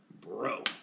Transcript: bro